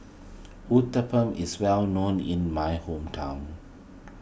Uthapam is well known in my hometown